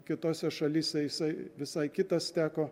kitose šalyse jisai visai kitas teko